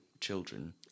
children